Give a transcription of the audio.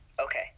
Okay